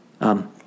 Um